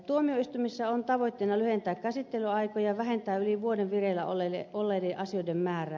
tuomioistuimissa on tavoitteena lyhentää käsittelyaikoja vähentää yli vuoden vireillä olleiden asioiden määrää